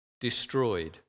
destroyed